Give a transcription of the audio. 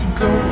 go